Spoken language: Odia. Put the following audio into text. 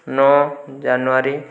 ନଅ ଜାନୁଆରୀ